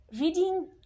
Reading